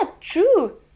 true